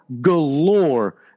galore